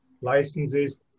licenses